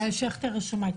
יעל שכטר רשומה.